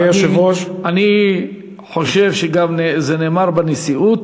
אדוני היושב-ראש, אני חושב שזה גם נאמר בנשיאות,